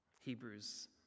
Hebrews